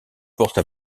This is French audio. porte